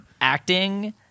acting